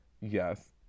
Yes